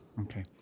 Okay